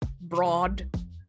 broad